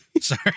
Sorry